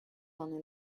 tony